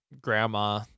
grandma